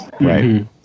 Right